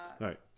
right